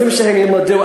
רוצים שהם ילמדו,